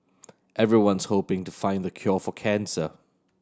everyone's hoping to find the cure for cancer